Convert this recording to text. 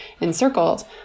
encircled